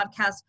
podcast